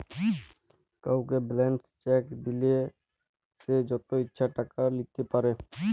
কাউকে blank cheque দিলে সে যত ইচ্ছা টাকা লিতে পারে